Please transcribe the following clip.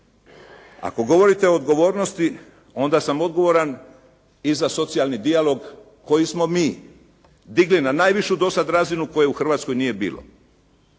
Ako govorite o odgovornosti, onda sam odgovoran i za socijalni dijalog koji smo mi digli na najvišu do sada razinu koje u Hrvatskoj do sada nije bilo.